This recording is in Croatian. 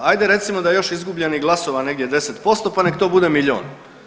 Ajde recimo da je još izgubljenih glasova negdje 10% pa nek to bude milion.